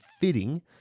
fitting